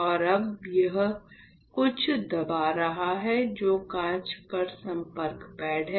और अब यह कुछ दबा रहा है जो कांच पर संपर्क पैड हैं